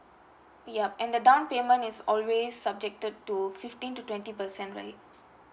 yup and the down payment is always subjected to fifteen to twenty percent right